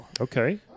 Okay